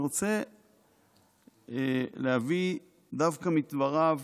אני רוצה להביא דווקא מדבריו